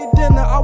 dinner